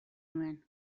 nuen